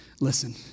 Listen